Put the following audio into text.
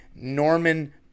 Norman